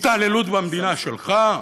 התעללות במדינה שלך,